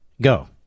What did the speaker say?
Go